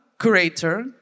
curator